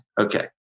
Okay